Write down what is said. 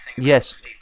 Yes